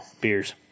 Beers